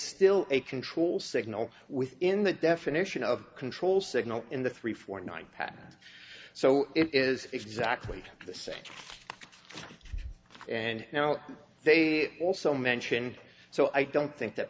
still a control signal within the definition of control signal in the three four nine patent so it is exactly the same and now they also mention so i don't think that